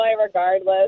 regardless